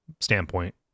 standpoint